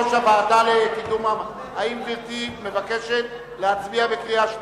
הוועדה, האם גברתי מבקשת להצביע בקריאה שלישית?